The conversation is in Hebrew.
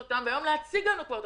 והיום היה צריך כבר להציג לנו אותן.